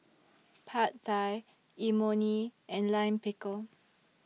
Pad Thai Imoni and Lime Pickle